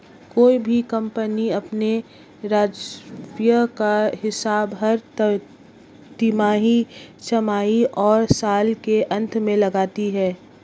कोई भी कम्पनी अपने राजस्व का हिसाब हर तिमाही, छमाही और साल के अंत में लगाती है